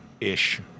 ish